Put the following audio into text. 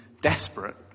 desperate